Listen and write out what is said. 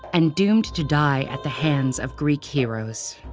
and doomed to die at the hands of greek heroes.